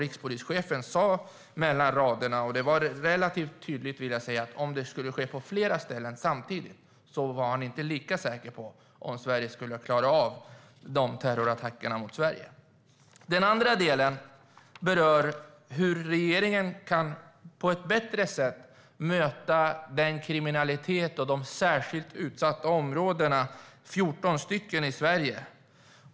Rikspolischefen sa relativt tydligt mellan raderna att om det skulle ske på flera ställen samtidigt var han inte lika säker på att Sverige skulle klara av dessa terrorattacker. Den andra delen berör hur regeringen på ett bättre sätt kan möta den kriminalitet som finns i de 14 särskilt utsatta områdena i Sverige.